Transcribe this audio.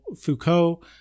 Foucault